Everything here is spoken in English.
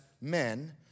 men